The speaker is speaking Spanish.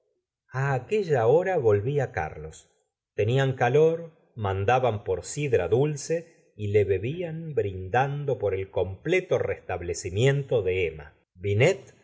aquella hora volvía carlos tenían calor mandaban por sidra dulce y le bebían brindando por el completo restablecimiento de emma binet